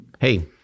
hey